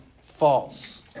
False